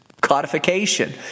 codification